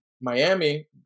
miami